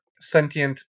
sentient